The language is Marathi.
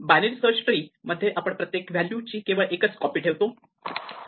बायनरी सर्च ट्री मध्ये आपण प्रत्येक व्हॅल्यू ची केवळ एकच कॉपी ठेवतो